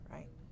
Right